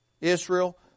Israel